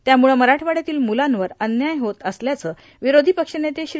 त्यामुळ मराठवाड्यातील मुलांवर अन्याय होत असल्याचं विरोषी पक्षनेते श्री